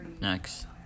next